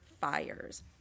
Fires